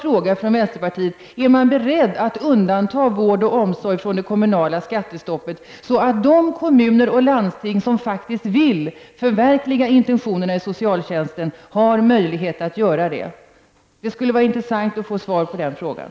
Vi har från vänsterpartiet frågat om man är beredd att undanta vård och omsorg från det kommunala skattestoppet, så att de kommuner och landsting som faktiskt vill förverkliga intentionerna i socialtjänstlagen har möjlighet att göra det. Det skulle vara intressant att få svar på den frågan.